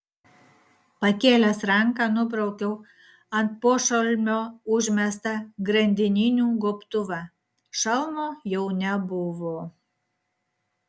pakėlęs ranką nubraukiau ant pošalmio užmestą grandininių gobtuvą šalmo jau nebuvo